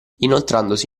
inoltrandosi